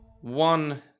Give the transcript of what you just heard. one